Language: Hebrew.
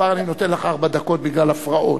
כבר אני נותן לך ארבע דקות בגלל הפרעות.